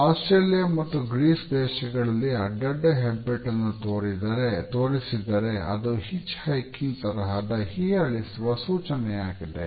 Australia ಮತ್ತು Greece ದೇಶಗಳಲ್ಲಿ ಅಡ್ಡಡ್ಡ ಹೆಬ್ಬೆಟ್ಟನ್ನು ತೋರಿಸಿದರೆ ಅದು ಹಿಚ್ ಹೈಕಿಂಗ್ ತರಹದ ಹೀಯಾಳಿಸುವ ಸೂಚನೆಯಾಗಿದೆ